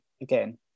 again